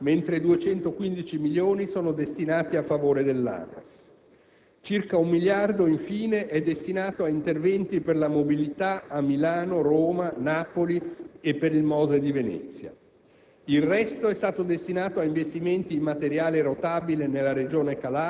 Di questi, oltre un miliardo è destinato al gruppo Ferrovie, mentre 215 milioni sono stati stanziati a favore dell'ANAS. Circa un miliardo, infine, è destinato ad interventi per la mobilità a Milano, Roma, Napoli e per il Mose di Venezia;